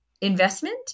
investment